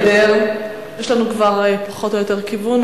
לסדר-היום יש לנו כבר פחות או יותר כיוון,